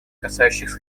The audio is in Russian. касающихся